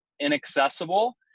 inaccessible